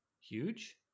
Huge